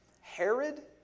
Herod